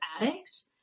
addict